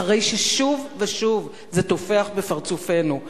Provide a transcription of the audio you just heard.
אחרי ששוב ושוב זה טופח על פרצופנו,